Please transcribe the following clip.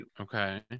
Okay